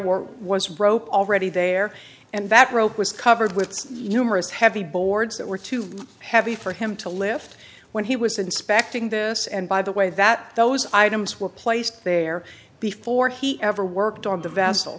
were was rope already there and that rope was covered with numerous heavy boards that were too heavy for him to lift when he was inspecting this and by the way that those items were placed there before he ever worked on the vass